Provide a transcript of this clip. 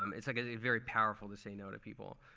um it's like it's very powerful to say no to people.